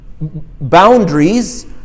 boundaries